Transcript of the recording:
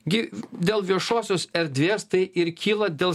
gi dėl viešosios erdvės tai ir kyla dėl